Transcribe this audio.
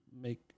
make